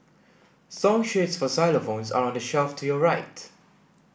song sheets for xylophones are on the shelf to your right